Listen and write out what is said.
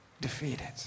defeated